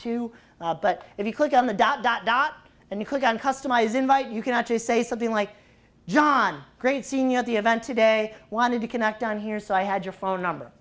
too but if you click on the dot dot dot and you click on customize invite you can actually say something like john great senior at the event today wanted to connect on here so i had your phone number